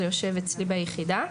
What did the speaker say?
זה יושב אצלי ביחידה,